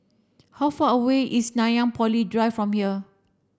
how far away is Nanyang Poly Drive from here